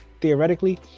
theoretically